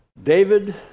David